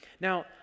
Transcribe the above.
Now